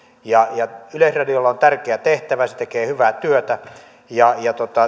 yleisradiolla on tärkeä tehtävä se tekee hyvää työtä